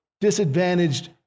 disadvantaged